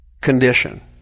condition